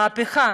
המהפכה.